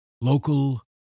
Local